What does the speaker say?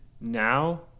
now